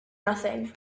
nothing